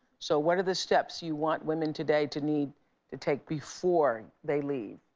so what are the steps you want women today to need to take before they leave?